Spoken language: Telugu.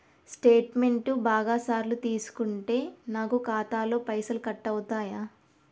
స్టేట్మెంటు బాగా సార్లు తీసుకుంటే నాకు ఖాతాలో పైసలు కట్ అవుతయా?